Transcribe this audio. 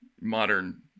modern